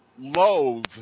Loathe